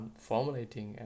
formulating